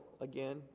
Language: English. again